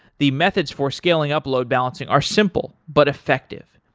the methods for scaling up load-balancing are simple, but effective,